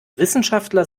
wissenschaftler